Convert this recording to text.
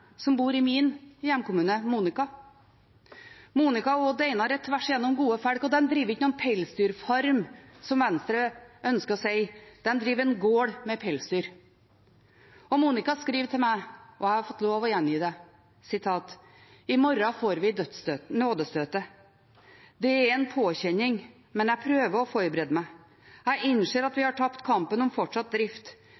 som bor i min hjemkommune. Monica og Odd Einar er tvers gjennom gode folk, og de driver ikke noen pelsdyrfarm, som Venstre ønsker å si, de driver en gård med pelsdyr. Monica skriver til meg – og jeg har fått lov til å gjengi det: I morgen får vi nådestøtet. Det er en påkjenning, men jeg prøver å forberede meg. Jeg innser at vi